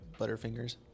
butterfingers